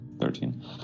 Thirteen